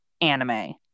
anime